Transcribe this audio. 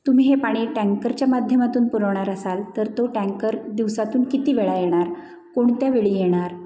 तुम्ही हे पाणी टँकरच्या माध्यमातून पुरवणार असाल तर तो टँकर दिवसातून किती वेळा येणार कोणत्या वेळी येणार